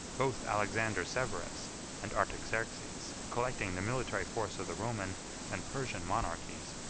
both alexander severus and artaxerxes, collecting the military force of the roman and persian monarchies,